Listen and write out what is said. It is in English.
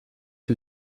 who